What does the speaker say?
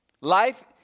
Life